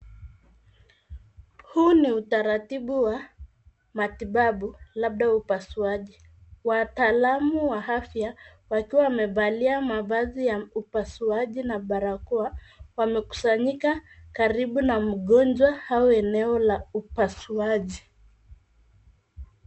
Huu ni utaratibu wa matibabu labda upasuaji wataalamu wa afya wakiwa wamevalia mavazi ya upasuaji na barakoa wamekusanyika karibu na mgonjwa au eneo la upasuaji